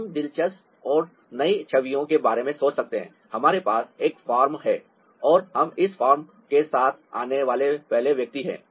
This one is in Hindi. हम दिलचस्प और नई छवियों के बारे में सोच सकते हैं हमारे पास एक फॉर्म नहीं है और हम नए फॉर्म के साथ आने वाले पहले व्यक्ति हैं